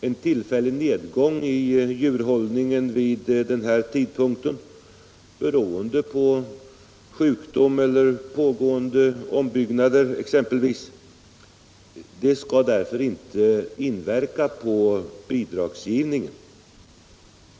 En tillfällig nedgång i djurhållningen vid den här tidpunkten, exempelvis beroende på sjukdom eller pågående ombyggnader, skall inte påverka bidragsgivningen.